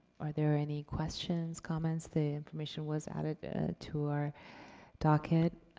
are there any questions, comments? the information was added ah to our docket.